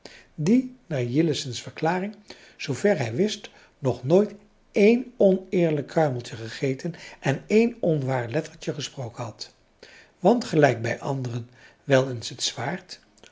die naar jillessen's verklaring zoover hij wist nog nooit één oneerlijk kruimeltje gegeten en één onwaar lettertje gesproken had want gelijk bij anderen wel eens het zwaard